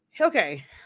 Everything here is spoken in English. Okay